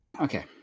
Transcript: Okay